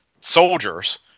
soldiers